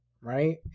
right